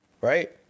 Right